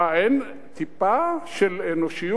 אין טיפה של אנושיות,